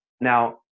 now